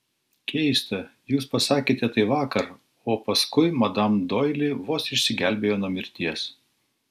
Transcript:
keista jūs pasakėte tai vakar o paskui madam doili vos išsigelbėjo nuo mirties